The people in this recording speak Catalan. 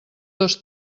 dos